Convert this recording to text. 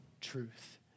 truth